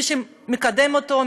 מי שמקדם אותו,